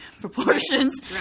proportions